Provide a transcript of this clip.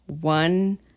one